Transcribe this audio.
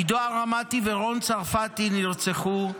עידן הרמתי ורון צרפתי נרצחו,